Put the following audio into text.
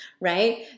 right